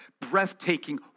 breathtaking